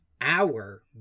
hour